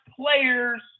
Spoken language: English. players